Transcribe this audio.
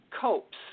copes